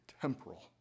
temporal